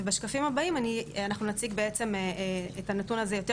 ובשקפים הבאים אנחנו נציג בעצם את הנתון הזה יותר